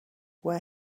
where